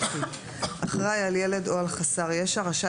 הצגת אישור משטרה לאחראי על ילד או על חסר ישע3א.